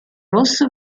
rosso